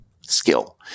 skill